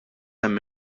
hemm